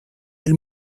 del